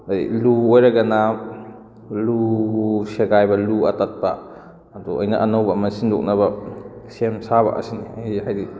ꯑꯗꯨꯗꯩ ꯂꯨ ꯑꯣꯏꯔꯒꯅ ꯂꯨ ꯁꯦꯒꯥꯏꯕ ꯂꯨ ꯑꯇꯠꯄ ꯑꯗꯣ ꯑꯩꯅ ꯑꯅꯧꯕ ꯑꯃ ꯁꯤꯟꯗꯣꯛꯅꯕ ꯁꯦꯝ ꯁꯥꯕ ꯑꯁꯤꯅꯤ ꯑꯩ ꯍꯥꯏꯗꯤ